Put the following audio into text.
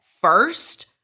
first